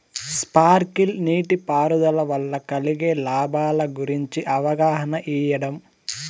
Sprinkle నీటిపారుదల వల్ల కలిగే లాభాల గురించి అవగాహన ఇయ్యడం?